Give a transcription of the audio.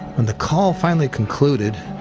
when the call finally concluded,